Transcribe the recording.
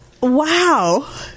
Wow